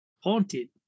Haunted